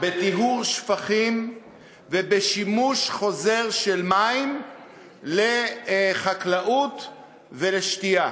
בטיהור שפכים ובשימוש חוזר של מים לחקלאות ולשתייה.